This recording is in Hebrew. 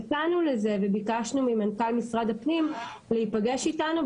המתנו לזה וביקשנו ממנכ"ל משרד הפנים להיפגש איתנו.